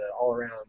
all-around